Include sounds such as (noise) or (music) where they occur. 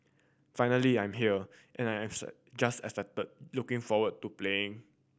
finally I'm here and I'm (unintelligible) just excited looking forward to playing